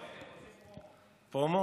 עושים פרומו.